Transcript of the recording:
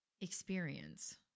experience